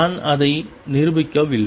நான் அதை நிரூபிக்கவில்லை